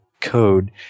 code